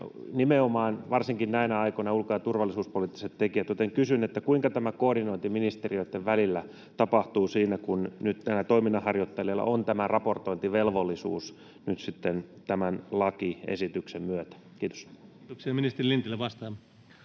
nimenomaan ja varsinkin näinä aikoina ulko- ja turvallisuuspoliittiset tekijät. Joten kysyn: kuinka tämä koordinointi ministeriöitten välillä tapahtuu nyt, kun näillä toiminnanharjoittajilla on tämä raportointivelvollisuus nyt sitten tämän lakiesityksen myötä? — Kiitos. Kiitoksia. — Ministeri Lintilä vastaa.